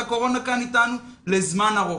והקורונה כאן איתנו לזמן ארוך.